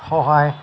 সহায়